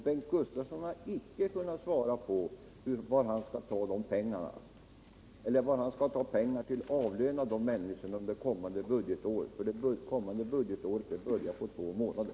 Bengt Gustavsson har icke kunnat svara på var han skall ta pengar till att avlöria dessa människor under kommande budgetår, som börjar om två månader.